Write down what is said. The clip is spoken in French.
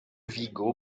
vigo